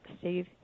Steve